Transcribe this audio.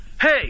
hey